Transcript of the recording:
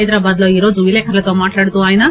హైదరాబాద్ లో ఈరోజు విలేకరులతో మాట్లాడుతూ ఆయన